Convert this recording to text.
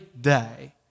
day